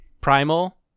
primal